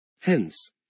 Hence